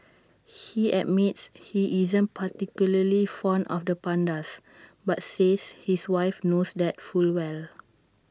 he admits he isn't particularly fond of the pandas but says his wife knows that full well